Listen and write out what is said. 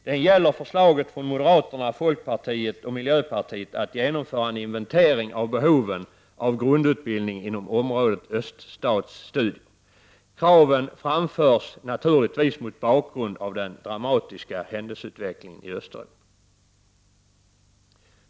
Det gäller förslaget från moderaterna, folkpartiet och miljöpartiet att genomföra en inventering av behoven av grundutbildning inom området öststatsstudier. Kraven framförs naturligtvis mot bakgrund av den dramatiska händelseutvecklingen i Östeuropa.